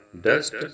dust